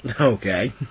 Okay